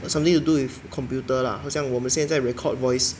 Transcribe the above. something to do with computer lah 好像我们现在 record voice